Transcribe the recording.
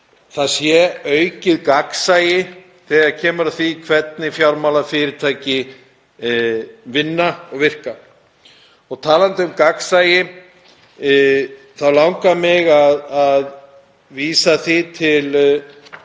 tryggja aukið gagnsæi þegar kemur að því hvernig fjármálafyrirtæki vinna og virka. Talandi um gagnsæi þá langar mig að vísa því til